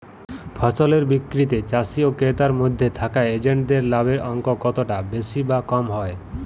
ফসলের বিক্রিতে চাষী ও ক্রেতার মধ্যে থাকা এজেন্টদের লাভের অঙ্ক কতটা বেশি বা কম হয়?